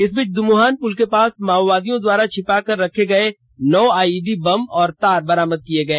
इसी बीच दुमुहान पूल के पास माओवादियों द्वार छिपा कर रखे गए नौ आईईडी बम और तार बरामद किए गए